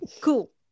Cool